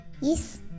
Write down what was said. Yes